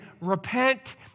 Repent